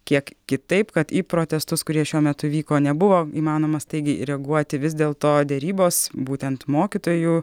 kiek kitaip kad į protestus kurie šiuo metu vyko nebuvo įmanoma staigiai reaguoti vis dėlto derybos būtent mokytojų